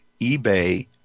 ebay